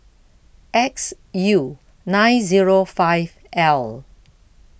X U nine zero five L